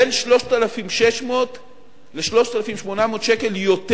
בין 3,600 ל-3,800 שקל יותר,